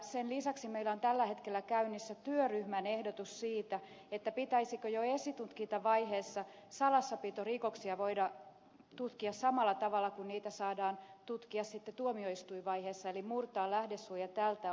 sen lisäksi meillä on tällä hetkellä käynnissä työryhmän ehdotus siitä pitäisikö jo esitutkintavaiheessa salassapitorikoksia voida tutkia samalla tavalla kuin niitä saadaan tutkia tuomioistuinvaiheessa eli lähdesuojan murto tältä osin